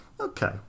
okay